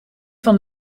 van